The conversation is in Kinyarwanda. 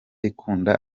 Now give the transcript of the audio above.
ikunda